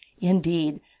Indeed